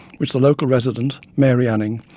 which the local resident, mary anning,